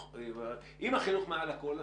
אם החינוך מעל הכול,